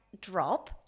Drop